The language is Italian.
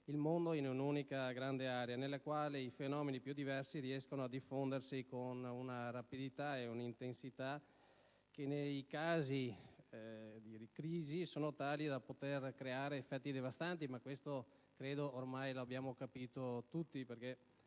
il mondo in un'unica grande area nella quale i fenomeni più diversi riescono a diffondersi con una rapidità e un'intensità che nei casi di crisi sono tali da poter creare effetti devastanti. Ma questo credo ormai lo abbiamo capito tutti, perché